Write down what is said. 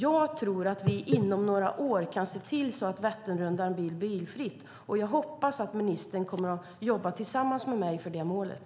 Jag tror att vi kan se till att Vätternrundan blir bilfri inom några år. Jag hoppas att ministern kommer att jobba tillsammans med mig för det målet.